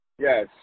Yes